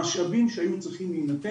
המשאבים שהיו צריכים להינתן,